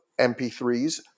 MP3s